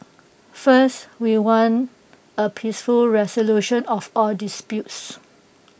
first we want A peaceful resolution of all disputes